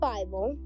Bible